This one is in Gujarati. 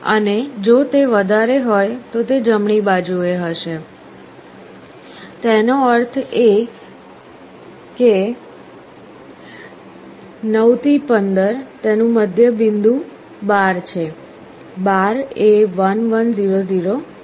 અને જો તે વધારે હોય તો તે જમણી બાજુએ હશે તેનો અર્થ એ કે માં હશે 9 થી 15 તેનું મધ્યમ બિંદુ 12 છે 12 એ 1 1 0 0 છે